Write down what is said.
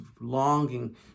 longing